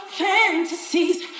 fantasies